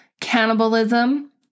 cannibalism